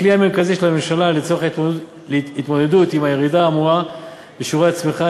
הכלי המרכזי של הממשלה לצורך התמודדות עם הירידה האמורה בשיעורי הצמיחה